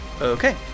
Okay